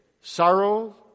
sorrow